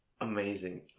amazing